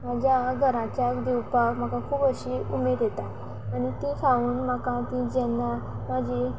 म्हज्या घराच्यांक दिवपाक म्हाका खूब अशी उमेद येता आनी ती खावून म्हाका ती जेन्ना म्हाजी